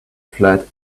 flat